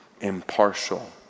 impartial